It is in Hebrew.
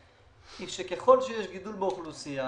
היא שככל שיש גידול באוכלוסייה,